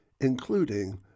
including